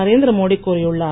நரேந்திர மோடி கூறியுள்ளார்